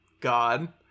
God